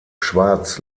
schwarz